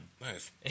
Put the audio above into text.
Nice